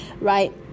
right